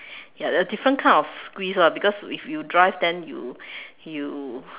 ya the different kind of squeeze lah because if you drive then you you